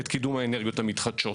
את קידום האנרגיות המתחדשות.